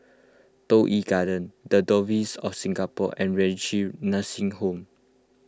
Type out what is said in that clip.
Toh Yi Garden the Diocese of Singapore and Renci Nursing Home